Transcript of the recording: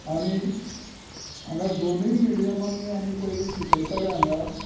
आनी हांगा दोनूय मिडयमानी आमी पयली शिकयताले हांगा